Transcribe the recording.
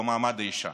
במעמד האישה.